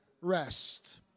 rest